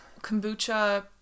kombucha